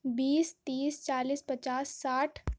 بیس تیس چالیس پچاس ساٹھ